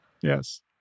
Yes